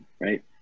right